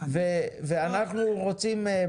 אנחנו רוצים,